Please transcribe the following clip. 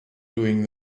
doing